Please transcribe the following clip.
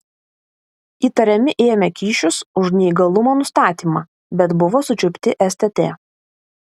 įtariami ėmę kyšius už neįgalumo nustatymą bet buvo sučiupti stt